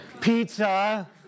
Pizza